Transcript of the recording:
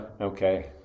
Okay